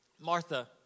Martha